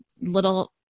little